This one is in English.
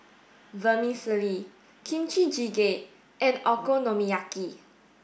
Vermicelli Kimchi jjigae and Okonomiyaki